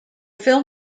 film